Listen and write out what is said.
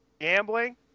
gambling